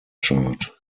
chart